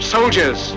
Soldiers